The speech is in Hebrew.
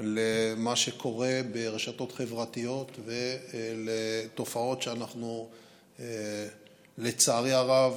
למה שקורה ברשתות החברתיות ולתופעות שלצערי הרב